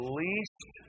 least